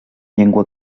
llengua